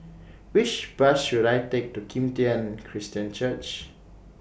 Which Bus should I Take to Kim Tian Christian Church